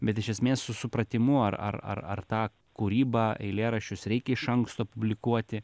bet iš esmės su supratimu ar ar ar ar tą kūrybą eilėraščius reikia iš anksto publikuoti